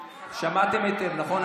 שמעתם היטב, נכון?